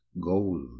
gold